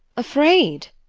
afraid?